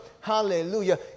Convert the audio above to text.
hallelujah